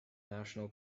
national